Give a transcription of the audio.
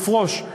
לפרוש.